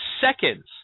seconds